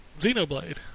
Xenoblade